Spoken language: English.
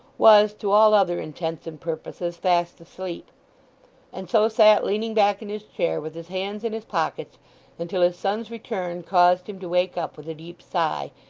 was to all other intents and purposes fast asleep and so sat leaning back in his chair with his hands in his pockets until his son's return caused him to wake up with a deep sigh,